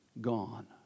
gone